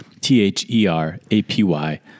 T-H-E-R-A-P-Y